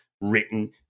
written